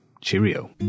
cheerio